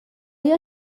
ایا